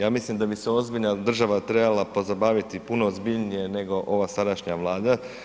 Ja mislim da bi se ozbiljna država trebala pozabaviti puno ozbiljnjie nego ova sadašnja Vlada.